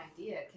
idea